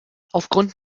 aufgrund